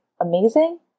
amazing